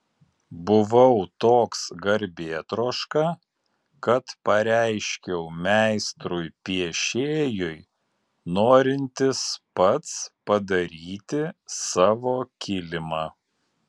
buvau toks garbėtroška kad pareiškiau meistrui piešėjui norintis pats padaryti savo kilimą